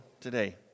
today